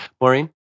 Maureen